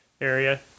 area